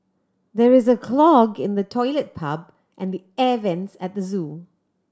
there is a clog in the toilet pipe and the air vents at the zoo